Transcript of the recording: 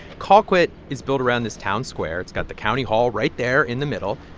colquitt is built around this town square. it's got the county hall right there in the middle.